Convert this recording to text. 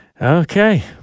Okay